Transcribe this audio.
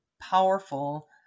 powerful